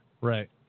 Right